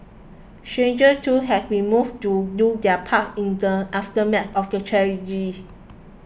strangers too have been moved to do their part in the aftermath of the tragedy